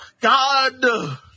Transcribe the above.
God